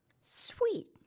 sweet